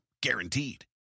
guaranteed